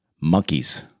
monkeys